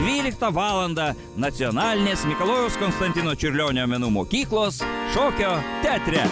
dvyliktą valandą nacionalinės mikalojaus konstantino čiurlionio menų mokyklos šokio teatre